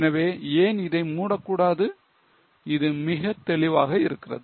எனவே ஏன் இதை மூடக்கூடாது இது மிகத் தெளிவாக இருக்கிறது